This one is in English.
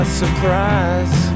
surprise